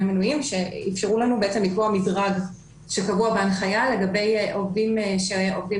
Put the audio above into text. (מינויים) שאפשרו לנו לקבוע מדרג שקבוע בהנחיה לגבי עובדים שעובדים